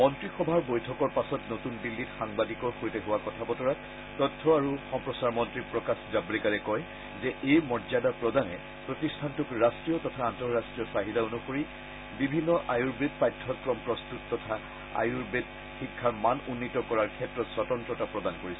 মন্নীসভাৰ বৈঠকৰ পাছত নতুন দিল্লীত সাংবাদিকৰ সৈতে হোৱা কথা বতৰাত তথ্য আৰু সম্প্ৰচাৰ মন্ত্ৰী প্ৰকাশ জান্নেকাৰে কয় যে এই মৰ্যদা প্ৰদানে প্ৰতিষ্ঠানটোক ৰাষ্ট্ৰীয় তথা আন্তৰাষ্ট্ৰীয় চাহিদা অনুসৰি বিভিন্ন আয়ুৰৰ্বেদ পাঠ্যক্ৰম প্ৰস্তত তথা আয়ুৰৰ্বেদ শিক্ষাৰ মান উন্নীত কৰাৰ ক্ষেত্ৰত স্বতন্ত্ৰতা প্ৰদান কৰিছে